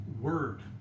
Word